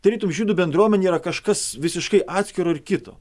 tarytum žydų bendruomenė yra kažkas visiškai atskiro ir kito